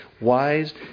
wise